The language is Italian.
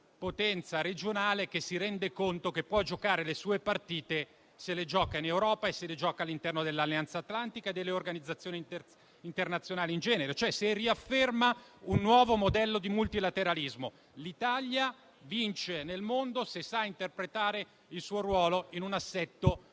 potenza regionale che si rende conto che può giocare le sue partite se le gioca in Europa e all'interno dell'Alleanza atlantica e delle organizzazioni internazionali in genere, cioè se riafferma un nuovo modello di multilateralismo. L'Italia vince nel mondo se sa interpretare il suo ruolo in un assetto